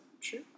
true